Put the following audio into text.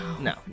no